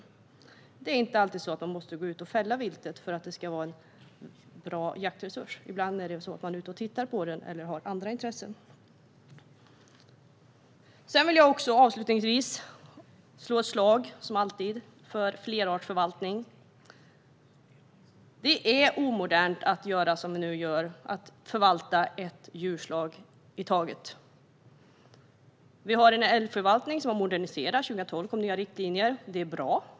Man behöver inte alltid gå ut och fälla viltet för att det ska vara en bra jaktresurs. Ibland är man i stället ute och tittar på det eller har andra intressen. Avslutningsvis vill jag, som alltid, slå ett slag för flerartsförvaltning. Det är omodernt att, som vi gör nu, förvalta ett djurslag i taget. Älgförvaltningen har moderniserats. 2012 kom nya riktlinjer. Det är bra.